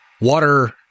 water